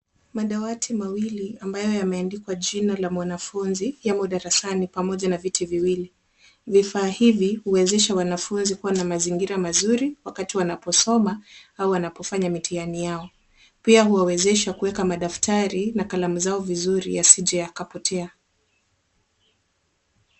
Madawati mawili ambayo yameandikwa jina la mwanafunzi yamo darasani pamoja na viti viwili .Vifaa hivi huwezesha wanafunzi kuwa na mazingira mazuri wakati wanaposoma au wanapofanya mitihani yao. Pia huwawezesha kuweka madaftari na kalamu zao vizuri yasije yakapotea.